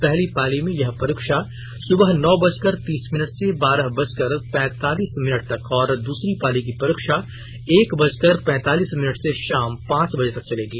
पहली पाली में यह परीक्षा सुबह नौ बजकर तीस मिनट से बारह बजकर पैंतालीस मिनट तक और दूसरी पाली की परीक्षा एक बजकर पैंतालीस मिनट से शाम पांच बजे तक चलेगी